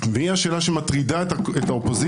והיא השאלה שמטרידה בעיקר את האופוזיציה,